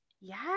Yes